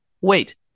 Wait